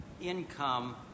income